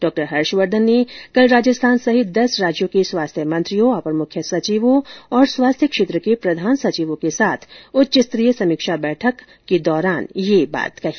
डॉ हर्षवर्धन ने कल राजस्थान सहित दस राज्यों के स्वास्थ्य मंत्रियों अपर मुख्य सचिवों और स्वास्थ्य क्षेत्र के प्रधान सचिवों के साथ उच्च स्तरीय समीक्षा बैठक की अध्यक्षता के दौरान यह बात कही